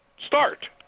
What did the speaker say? start